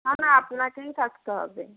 না না আপনাকেই থাকতে হবে